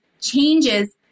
changes